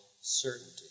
certainty